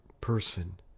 person